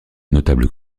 notables